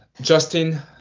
Justin